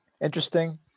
interesting